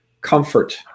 comfort